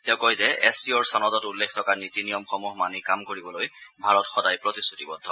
তেওঁ কয় যে এছ চি অৰ চনদত উল্লেখ থকা নীতি নিয়মসমূহ মানি কাম কৰিবলৈ ভাৰত সদায় প্ৰতিশ্ৰতিবদ্ধ